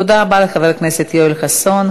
תודה רבה לחבר הכנסת יואל חסון.